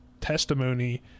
testimony